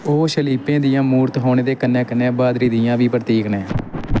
ओह् शलैपें दियां मूरत होने दे कन्नै कन्नै ब्हादरी दियां बी प्रतीक न